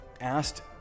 asked